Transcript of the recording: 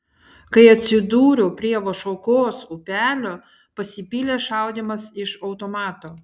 kai atsidūriau prie vašuokos upelio pasipylė šaudymas iš automato